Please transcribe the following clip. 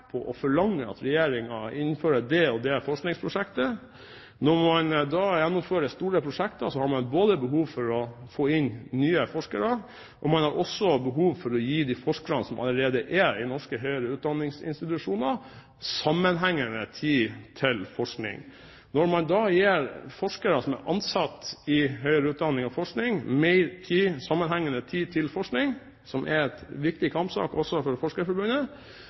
på å forlange at regjeringen innfører det og det forskningsprosjektet. Når man da gjennomfører store prosjekter, har man behov for å få inn nye forskere, og man har også behov for å gi de forskerne som allerede er i norske høyere utdanningsinstitusjoner, sammenhengende tid til forskning. Når man da gir forskere som er ansatt i høyere utdanning og forskning, mer sammenhengende tid til forskning, som er en viktig kampsak også for